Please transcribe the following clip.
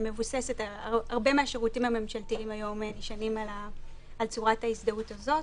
הרבה מהשירותים הממשלתיים היום נשענים על צורת ההזדהות הזאת.